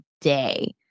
day